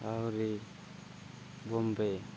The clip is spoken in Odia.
ଆହୁରି ବମ୍ବେ